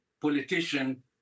politician